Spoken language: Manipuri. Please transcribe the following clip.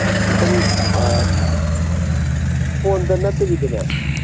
ꯈꯤꯇꯪ ꯐꯣꯟꯗ ꯅꯠꯇꯕꯤꯗꯅꯦ